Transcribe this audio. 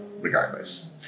regardless